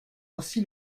aussi